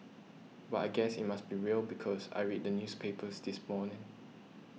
but I guess it must be real because I read the newspapers this morning